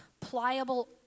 pliable